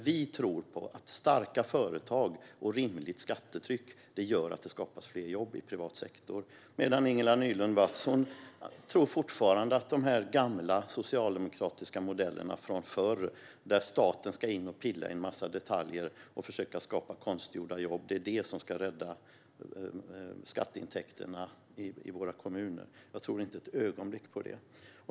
Vi tror att starka företag och ett rimligt skattetryck gör att det skapas fler jobb i privat sektor, medan Ingela Nylund Watz fortfarande tror att de gamla socialdemokratiska modellerna från förr där staten ska in och pilla i en massa detaljer och försöka skapa konstgjorda jobb är det som ska rädda skatteintäkterna i våra kommuner. Jag tror inte ett ögonblick på det.